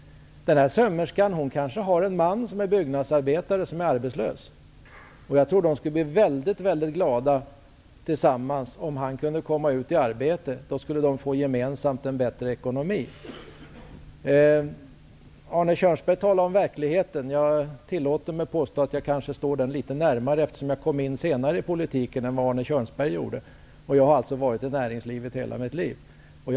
Den här sömmerskan kanske har en man som är byggnadsarbetare och är arbetslös. Jag tror att de tillsammans skulle bli mycket glada om han kunde komma ut i arbete. Då skulle de gemensamt få en bättre ekonomi. Arne Kjörnsberg talade om verkligheten. Jag tillåter mig påstå att jag kanske står den litet närmare, eftersom jag kom in senare i politiken än Arne Kjörnsberg gjorde. Jag har alltså varit i näringslivet hela mitt yrkesliv.